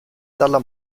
dalla